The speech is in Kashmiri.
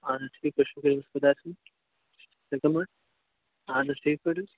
اَہَن حَظ ٹھیٖک شُکُر حَظ خدایس کُن تُہۍ کٕم حَظ اَہَن حَظ پٲٹھۍ حَظ